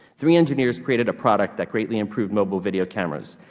three engineers created a product that greatly improved mobile video cameras.